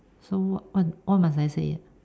so what what what must I say ah